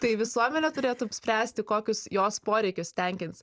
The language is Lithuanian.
tai visuomenė turėtų spręsti kokius jos poreikius tenkins